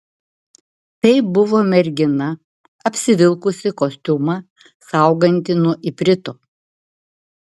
tai buvo mergina apsivilkusi kostiumą saugantį nuo iprito